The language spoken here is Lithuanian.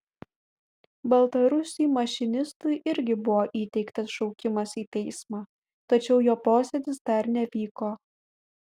baltarusiui mašinistui irgi buvo įteiktas šaukimas į teismą tačiau jo posėdis dar nevyko